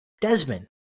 Desmond